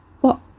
What